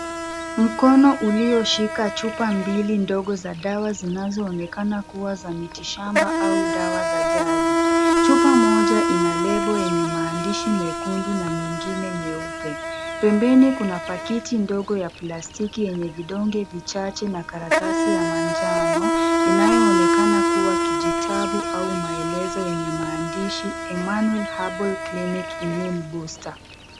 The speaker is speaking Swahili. Mkono ulioshika chupa mbili ndogo za dawa zinazoonekana kuwa za miti shamba au dawa za jadi. Chupa moja ina lebo yenye maandishi mekundu na nyingine nyeupe. Pembeni kuna pakiti ndogo ya plastiki yenye vidonge vichache na karatasi ya manjano, inayoonekana kuwa kijitabu au maelezo yenye maandishi Emmanuel Herbal Clinic Immune Booster.